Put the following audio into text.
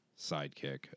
sidekick